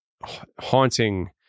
haunting